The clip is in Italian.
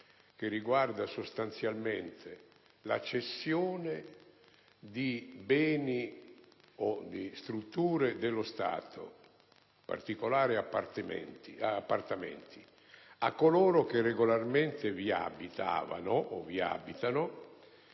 che riguarda sostanzialmente la cessione di beni o di strutture dello Stato (in particolare appartamenti) a coloro che regolarmente vi abitavano o vi abitano,